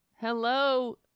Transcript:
Hello